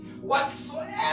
Whatsoever